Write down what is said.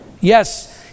Yes